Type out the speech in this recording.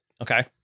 Okay